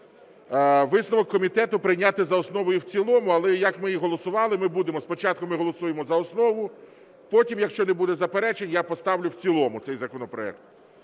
Висновок комітету: прийняти за основу і в цілому. Але як ми і голосували, ми будемо, спочатку ми голосуємо за основу, потім, якщо не буде заперечень, я поставлю в цілому цей законопроект.